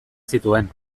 zituen